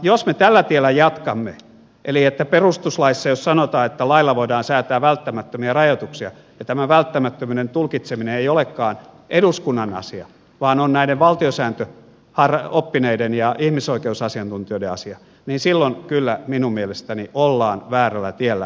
jos me tällä tiellä jatkamme että perustuslaissa sanotaan että lailla voidaan säätää välttämättömiä rajoituksia ja tämä välttämättömyyden tulkitseminen ei olekaan eduskunnan asia vaan on näiden valtiosääntöoppineiden ja ihmisoikeusasiantuntijoiden asia niin silloin kyllä minun mielestäni ollaan väärällä tiellä